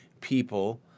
people